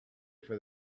for